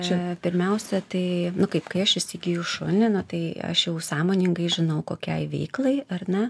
čia pirmiausia tai nu kaip kai aš įsigiju šunį tai aš jau sąmoningai žinau kokiai veiklai ar ne